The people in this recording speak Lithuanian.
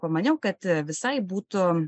pamaniau kad visai būtų